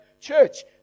church